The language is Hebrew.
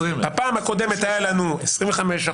20,000. בפעם הקודמת היה לנו 25%,